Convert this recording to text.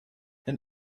and